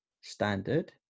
standard